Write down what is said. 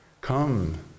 come